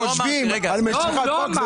אם אתם חשובים על משיכת חוק.